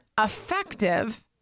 effective